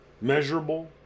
measurable